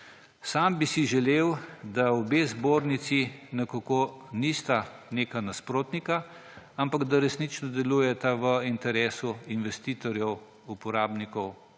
Sam bi si želel, da obe zbornici nekako nista neka nasprotnika, ampak da resnično delujeta v interesu investitorjev, uporabnikov